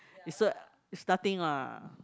it's a it's nothing lah